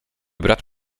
brat